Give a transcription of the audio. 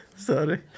Sorry